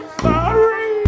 sorry